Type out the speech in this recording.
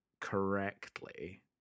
correctly